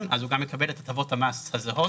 אז הוא גם מקבל את הטבות המס הזהות.